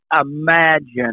imagine